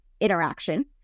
interaction